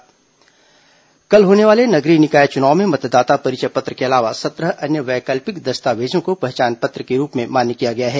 मतदाता पहचान पत्र कल होने वाले नगरीय निकाय चुनाव में मतदाता परिचय पत्र के अलावा सत्रह अन्य वैकल्पिक दस्तावेजों को पहचान पत्र के रूप में मान्य किया गया है